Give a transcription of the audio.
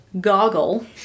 Goggle